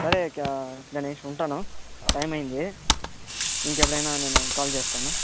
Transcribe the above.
సరే గణేష్ ఉంటాను టైమ్ అయింది ఇంకెప్పుడైనా నేను కాల్ చేస్తాను